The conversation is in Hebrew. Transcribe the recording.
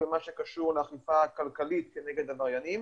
במה שקשור לאכיפה כלכלית כנגד עבריינים